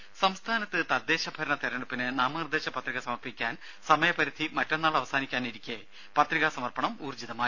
രുര സംസ്ഥാനത്ത് തദ്ദേശ ഭരണ തെരഞ്ഞെടുപ്പിന് നാമനിർദേശി പത്രിക സമർപ്പിക്കാൻ സമയ പരിധി മറ്റന്നാൾ അവസാനിക്കാനിരിക്കെ പത്രികാ സമർപ്പണം ഊർജ്ജിതമായി